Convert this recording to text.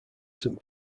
saint